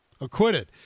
Acquitted